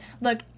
Look